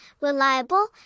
reliable